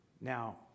Now